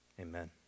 Amen